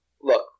Look